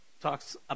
talks